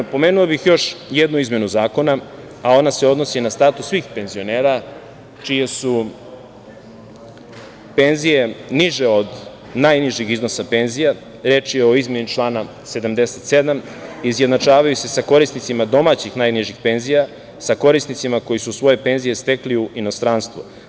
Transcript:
Pomenuo bih još jednu izmenu zakona, a ona se odnosi na status svih penzionera čije su penzije niže od najnižeg iznosa penzija, reč je o izmeni člana 77, izjednačavaju se sa korisnicima domaćih najnižih penzija sa korisnicima koji su svoje penzije stekli u inostranstvu.